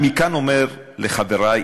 מכאן אני אומר לחברי,